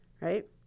Right